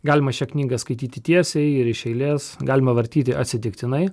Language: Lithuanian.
galima šią knygą skaityti tiesiai ir iš eilės galima vartyti atsitiktinai